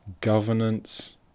governance